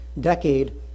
decade